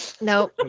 no